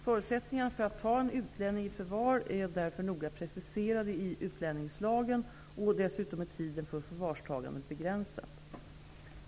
Förutsättningarna för att ta en utlänning i förvar är därför noga preciserade i utlänningslagen, och dessutom är tiden för förvarstagandet begränsat.